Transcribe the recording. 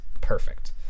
perfect